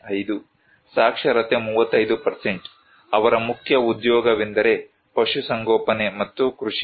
5 ಸಾಕ್ಷರತೆ 35 ಅವರ ಮುಖ್ಯ ಉದ್ಯೋಗವೆಂದರೆ ಪಶುಸಂಗೋಪನೆ ಮತ್ತು ಕೃಷಿ